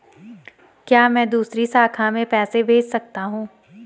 क्या मैं दूसरी शाखा में पैसे भेज सकता हूँ?